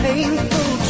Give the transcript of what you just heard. Painful